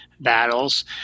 battles